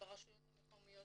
ברשויות המקומיות.